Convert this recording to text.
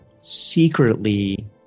secretly